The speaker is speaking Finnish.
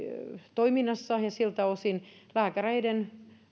toiminnassa ja siltä osin lääkäreiden